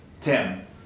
Tim